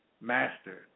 master